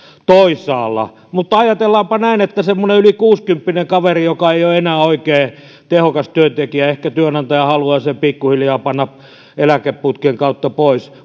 toisaalla mutta ajatellaanpa näin että semmoinen yli kuusikymppinen kaveri joka ei ole enää oikein tehokas työntekijä ehkä työnantaja haluaa sen pikkuhiljaa panna eläkeputken kautta pois